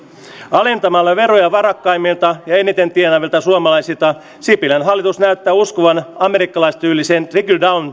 alentamalla veroja varakkaimmilta ja eniten tienaavilta suomalaisilta sipilän hallitus näyttää uskovan amerikkalaistyyliseen trickle down